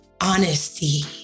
honesty